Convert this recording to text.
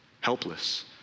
helpless